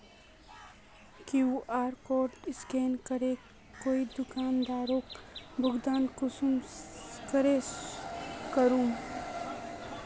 QR code scan करे कोई दुकानदारोक भुगतान कुंसम करे करूम?